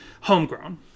homegrown